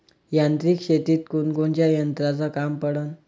यांत्रिक शेतीत कोनकोनच्या यंत्राचं काम पडन?